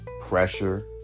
pressure